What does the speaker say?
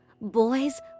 Boys